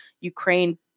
Ukraine